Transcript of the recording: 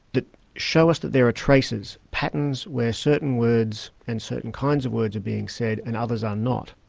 that show us that there are traces, patterns where certain words and certain kinds of words are being said, and others are not.